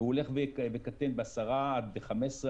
והוא הולך וקטן ב-10 עד 15,